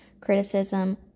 criticism